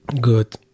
good